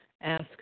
ask